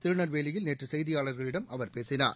திருநெல்வேலியில் நேற்று செய்தியாளர்களிடம் அவர் பேசினார்